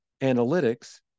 analytics